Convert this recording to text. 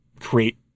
create